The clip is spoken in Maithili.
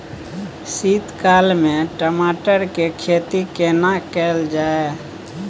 शीत काल में टमाटर के खेती केना कैल जाय?